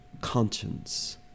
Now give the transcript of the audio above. conscience